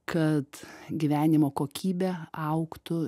kad gyvenimo kokybė augtų